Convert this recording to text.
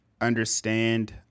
understand